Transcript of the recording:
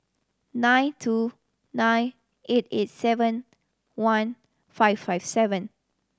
nine two nine eight eight seven one five five seven